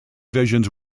visions